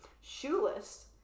Shoeless